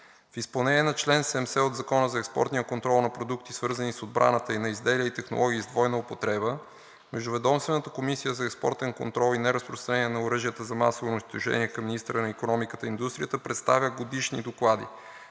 В изпълнение на чл. 70 от Закона за експортния контрол на продукти, свързани с отбраната и на изделия и технологии с двойна употреба, Междуведомствената комисия за експортен контрол и неразпространение на оръжията за масово унищожение към министъра на икономиката и индустрията представя годишни доклади